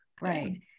Right